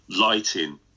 Lighting